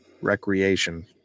recreation